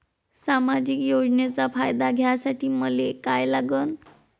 सामाजिक योजनेचा फायदा घ्यासाठी मले काय लागन?